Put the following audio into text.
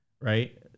Right